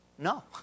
No